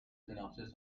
synopsis